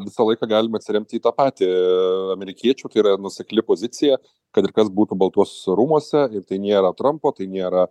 visą laiką galima atsiremti į tą patį amerikiečių yra nuosekli pozicija kad ir kas būtų baltuosiuose rūmuose ir tai nėra trampo tai nėra